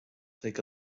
chuig